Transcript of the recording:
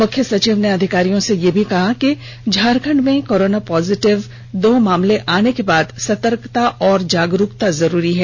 मुख्य सचिव ने अधिकारियों से यह भी कहा है कि झारखंड में कोरोना पॉजिटिव दो मामले आने के बाद सतर्कता और जागरूकता जरूरी है